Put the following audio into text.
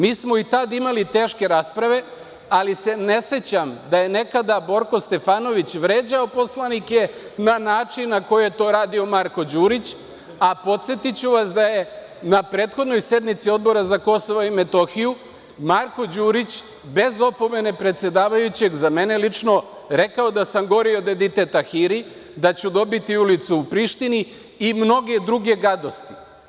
Mi smo i tad imali teške rasprave, ali se ne sećam da je nekada Borko Stefanović vređao poslanike na način na koji je to radio Marko Đurić, a podsetiću vas da je na prethodnoj sednici Odbora za KiM Marko Đurić, bez opomene predsedavajućeg, za mene lično rekao da sam gori od Edite Hiri, da ću dobiti ulicu u Prištini i mnoge druge gadosti.